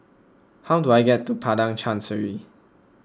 how do I get to Padang Chancery